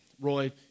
Roy